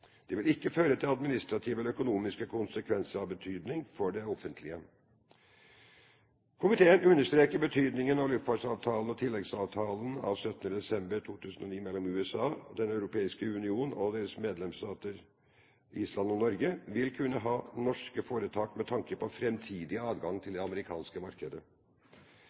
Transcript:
Det vil ikke medføre administrative eller økonomiske konsekvenser av betydning for det offentlige. Komiteen understreker betydningen luftfartsavtalen og tilleggsavtalen av 17. desember 2009 mellom USA, Den europeiske union og dens medlemsstater, Island og Norge vil kunne ha for norske foretak med tanke på framtidig adgang til det amerikanske markedet.